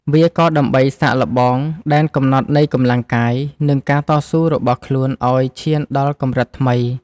វាក៏ដើម្បីសាកល្បងដែនកំណត់នៃកម្លាំងកាយ និងការតស៊ូរបស់ខ្លួនឯងឱ្យឈានដល់កម្រិតថ្មី។